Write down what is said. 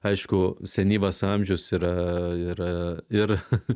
aišku senyvas amžius yra yra ir